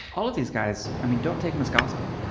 all of these guys, i mean don't take them as gospel.